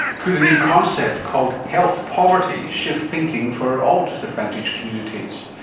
could a new concept called health poverty shift thinking for all disadvantaged communities?